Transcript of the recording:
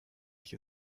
ich